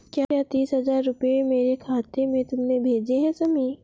क्या तीस हजार रूपए मेरे खाते में तुमने भेजे है शमी?